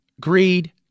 greed